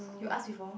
you ask before